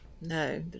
no